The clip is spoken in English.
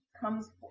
comes